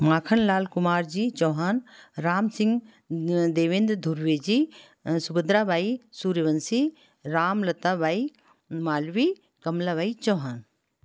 Makhanlal Kumar ji Chauhan Ram Singh Devendra Dhurve ji Subhadra Bai Suryavanshi Ramlata Bai Malvi Kamla Bai Chauhan